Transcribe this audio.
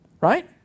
right